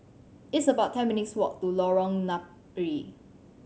it's about ten minutes' walk to Lorong Napiri